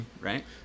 right